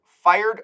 fired